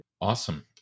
Awesome